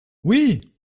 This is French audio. oui